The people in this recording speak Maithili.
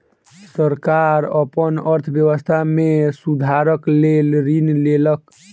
सरकार अपन अर्थव्यवस्था में सुधारक लेल ऋण लेलक